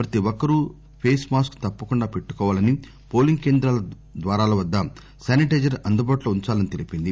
ప్రతి ఒక్కరు face mask తప్పకుండా పెట్టుకోవాలని పోలింగ్ కేంద్రాల ద్వారాల వద్ద శానిటైజర్ అందుబాటులో ఉంచాలని తెలిపింది